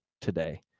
today